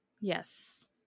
Yes